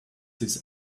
his